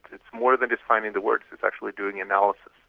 it's more than just finding the words, it's actually doing analysis.